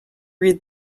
read